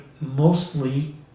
mostly